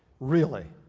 really,